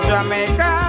Jamaica